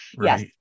Yes